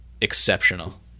exceptional